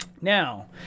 Now